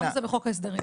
למה זה בחוק ההסדרים?